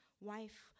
Wife